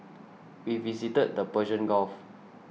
we visited the Persian Gulf